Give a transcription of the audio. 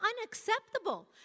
unacceptable